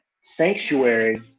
sanctuary